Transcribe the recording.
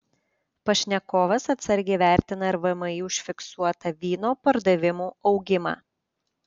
pašnekovas atsargiai vertina ir vmi užfiksuotą vyno pardavimų augimą